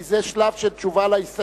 כי זה שלב של תשובה על הסתייגות.